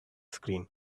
screen